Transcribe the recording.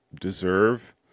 deserve